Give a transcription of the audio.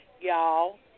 y'all